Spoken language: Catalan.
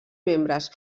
membres